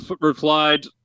replied